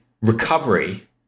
recovery